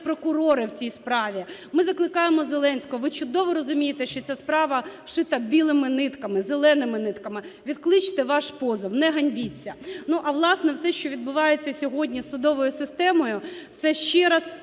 прокурори в цій справі. Ми закликаємо Зеленського, ви чудово розумієте, що ця справа "шита білими нитками", "зеленими нитками", відкличте ваш позов, не ганьбіться. Ну а власне все, що відбувається сьогодні з судовою системою – це ще раз